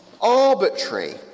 arbitrary